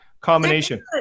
combination